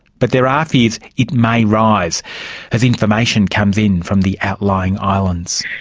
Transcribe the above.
but there are fears it may rise as information comes in from the outlying islands.